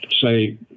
say